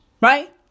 Right